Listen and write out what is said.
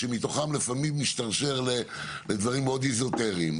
שמתוכם לפעמים משתרשרים דברים מאוד אזוטריים.